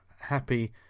happy